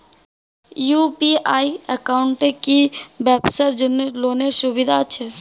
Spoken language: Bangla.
ইউ.পি.আই একাউন্টে কি ব্যবসার জন্য লোনের সুবিধা আছে?